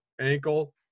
ankle